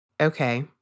Okay